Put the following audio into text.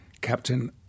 Captain